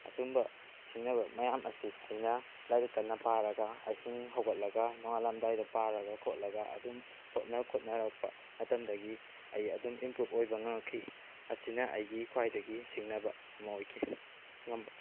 ꯑꯁꯨꯝꯕ ꯁꯤꯡꯅꯕ ꯃꯌꯥꯝ ꯑꯁꯤ ꯑꯩꯅ ꯂꯥꯏꯔꯤꯛ ꯀꯟꯅ ꯄꯥꯔꯒ ꯑꯍꯤꯡ ꯍꯧꯒꯠꯂꯒ ꯅꯣꯡꯉꯥꯜꯂꯝꯗꯥꯏꯗ ꯄꯥꯔꯒ ꯈꯣꯠꯂꯒ ꯑꯗꯨꯝ ꯍꯣꯠꯅ ꯈꯣꯠꯅꯔꯛꯄ ꯃꯇꯝꯗꯒꯤ ꯑꯩ ꯑꯗꯨꯝ ꯏꯝꯄ꯭ꯔꯨꯞ ꯑꯣꯏꯕ ꯉꯃꯛꯈꯤ ꯑꯁꯤꯅ ꯑꯩꯒꯤ ꯈ꯭ꯋꯥꯏꯗꯒꯤ ꯁꯤꯡꯅꯕ ꯑꯃ ꯑꯣꯏꯈꯤ ꯉꯝꯕ